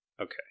Okay